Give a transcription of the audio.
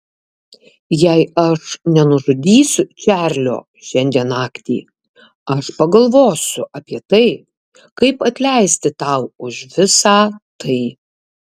jei aš nenužudysiu čarlio šiandien naktį aš pagalvosiu apie tai kaip atleisti tau už visą tai